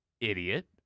Idiot